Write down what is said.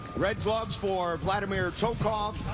red gloves for vladimir tokov.